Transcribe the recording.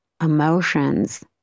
emotions